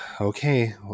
okay